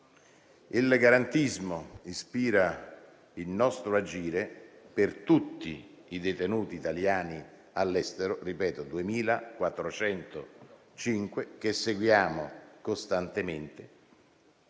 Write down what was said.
Il garantismo ispira il nostro agire per tutti i detenuti italiani all'estero (ripeto: 2.405), che seguiamo costantemente